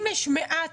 אם יש מעט